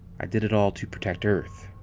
i did it all to protect earth.